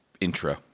intro